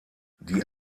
die